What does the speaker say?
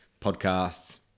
podcasts